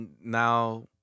now